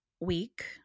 week